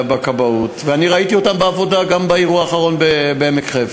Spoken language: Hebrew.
ואני ראיתי אותם בעבודה גם באירוע האחרון בעמק-חפר.